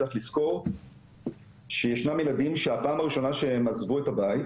צריך לזכור שישנם ילדים שהפעם הראשונה שהם עזבו את הבית,